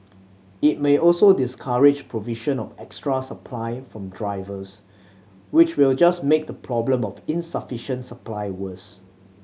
it may also discourage provision of extra supply from drivers which will just make the problem of insufficient supply worse